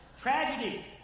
Tragedy